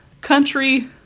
country